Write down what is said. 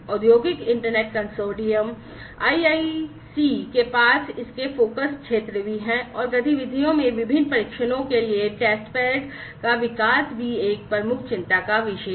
औद्योगिक internet consortium IIC के पास इसके फोकस क्षेत्र भी हैं और गतिविधियों में विभिन्न परीक्षणों के लिए टेस्टबेड्स का विकास भी एक प्रमुख चिंता का विषय है